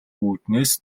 үүднээс